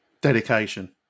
Dedication